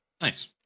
nice